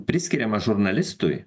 priskiriama žurnalistui